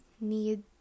need